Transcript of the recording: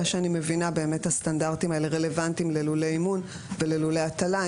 מבינה שהסטנדרטים האלה רלוונטיים ללולי אימון וללולי הטלה.